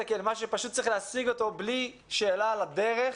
כאל משהו שפשוט צריך להשיג אותו בלי שאלה על הדרך,